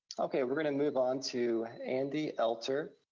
okay, we're gonna move on to andy elter.